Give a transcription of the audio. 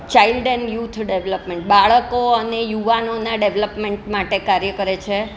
child and youth development બાળકો અને યુવાનોના ડેવલપમેન્ટ માટે કાર્ય કરે છે